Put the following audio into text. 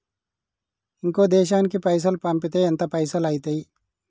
ఇంకో దేశానికి పైసల్ పంపితే ఎంత పైసలు అయితయి?